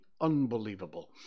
unbelievable